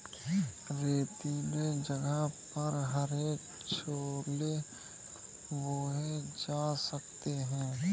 रेतीले जगह पर हरे छोले बोए जा सकते हैं